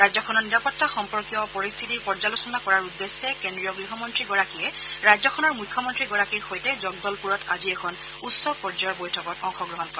ৰাজ্যখনৰ নিৰাপত্তা সম্পৰ্কীয় পৰিস্থিতিৰ পৰ্যালোচনা কৰাৰ উদ্দেশ্যে কেন্দ্ৰীয় গৃহমন্ত্ৰীগৰাকীয়ে ৰাজ্যখনৰ মুখ্যমন্ত্ৰীগৰাকীৰ সৈতে জগদলপুৰত আজি এখন উচ্চ পৰ্যায়ৰ বৈঠকত অংশগ্ৰহণ কৰে